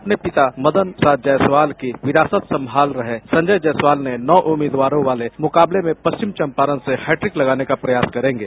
अपने पिता मदन प्रसाद जायसवाल की विरासत संभाल रहे संजय जायसवाल नौ उम्मीदवारो वाले मुकाबले में पश्चिम चंपारण से हैट्रिक लगाने का प्रयास करेंगे